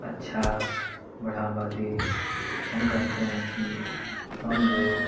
अच्छा बढ़ावा दें हम कहते हैं कि हम लोग